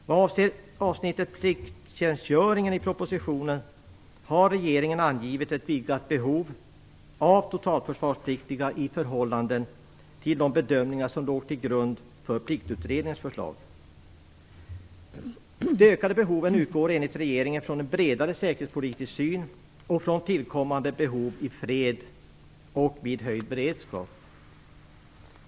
Vad avser avsnittet plikttjänstgöringen i propositionen har regeringen angivit ett vidgat behov av totalförsvarspliktiga i förhållande till de bedömningar som låg till grund för Pliktutredningens förslag. De ökade behoven utgår enligt regeringen från en bredare säkerhetspolitisk syn och från tillkommande behov i fred och vid höjd beredskap.